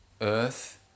earth